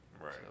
Right